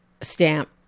stamp